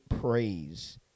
praise